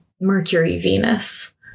Mercury-Venus